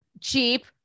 cheap